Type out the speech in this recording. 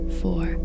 four